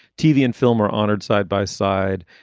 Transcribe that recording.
tv and film are honored side by side.